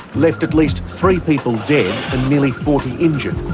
left at least three people dead and nearly forty injured.